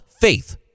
faith